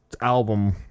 album